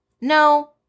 no